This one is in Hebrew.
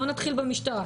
בואו נתחיל במשטרה.